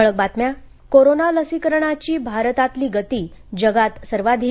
ठळक बातम्या कोरोना लसीकरणाची भारतातली गती जगात सर्वाधिक